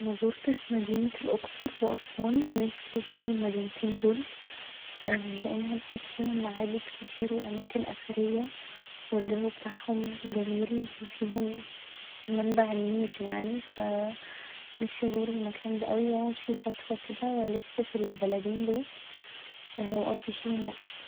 مازورتش مدينة الأقصر و أسوان نفسي ازور المدينتين دول لأن أنا بحس فيهم معابد كتير و أماكن اثرية و الجو بتاعهم جميل و فيهم منبع النيل يعني ف نفسي ازور المكان ده اوي و اقعد فيه فترة كده و الف في البلدين دول و اقضي فيهم وقت